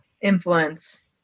influence